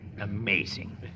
Amazing